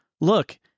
look